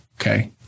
Okay